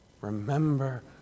Remember